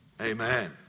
Amen